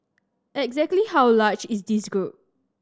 exactly how large is this group